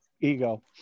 ego